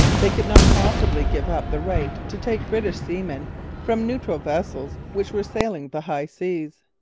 they could not possibly give up the right to take british seamen from neutral vessels which were sailing the high seas.